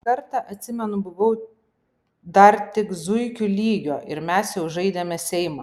kartą atsimenu buvau dar tik zuikių lygio ir mes jau žaidėme seimą